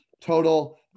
total